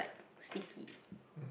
sticky